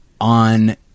on